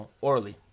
orally